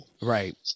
Right